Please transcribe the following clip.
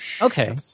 Okay